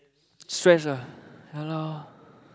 stress ah ya lor